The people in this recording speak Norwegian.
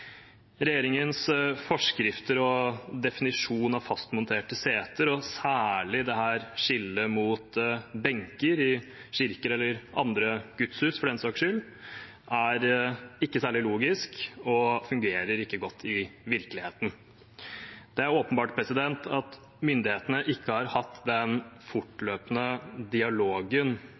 Regjeringens forskrifter og definisjon av fastmonterte seter, og særlig dette skillet mot benker i kirker, eller i andre gudshus, for den saks skyld, er ikke særlig logisk og fungerer ikke godt i virkeligheten. Det er åpenbart at myndighetene ikke har hatt den fortløpende dialogen